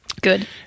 Good